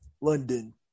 London